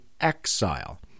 exile